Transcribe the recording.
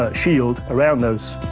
ah shield around those,